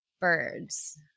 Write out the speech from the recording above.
birds